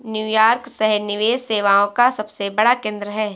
New York शहर निवेश सेवाओं का सबसे बड़ा केंद्र है